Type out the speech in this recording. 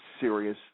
serious